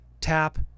tap